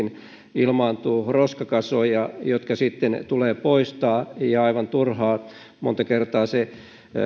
ilmaantuu roskakasoja jotka sitten tulee poistaa ja monta kertaa aivan turhaan